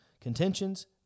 contentions